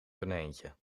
konijntje